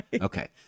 okay